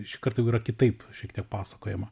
šį kartą jau yra kitaip šiek tiek pasakojama